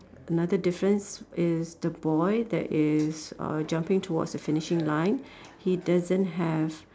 another difference is the boy that is uh jumping towards the finishing line he doesn't have